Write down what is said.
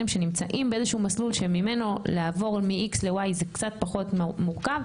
שנמצאים באיזשהו מסלול שממנו לעבור מאיקס לווי זה קצת פחות מורכב,